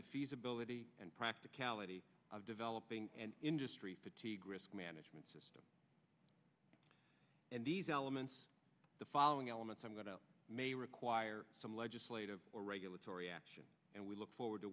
the feasibility and practicality of developing an industry fatigue risk management system and these elements the following elements i'm going to may require some legislative or regulatory action and we look forward to